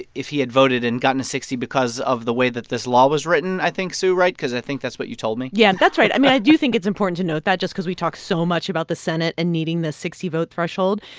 if he had voted and gotten to sixty because of the way that this law was written, i think, sue right? because i think that's what you told me yeah. that's right. i mean, i do think it's important to note that just because we talk so much about the senate and needing the sixty vote threshold.